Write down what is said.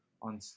on